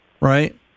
right